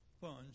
funds